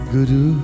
Guru